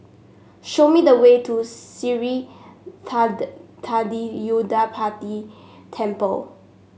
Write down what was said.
show me the way to Sri Thendayuthapani Temple